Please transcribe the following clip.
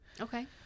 Okay